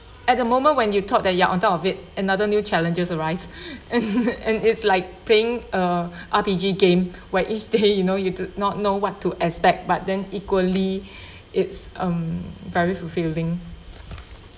at the moment when you thought that you are on top of it another new challenges arise and and it's like playing a R_P_G game where each day you know you do not know what to expect but then equally it's um very fulfilling